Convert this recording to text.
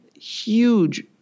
huge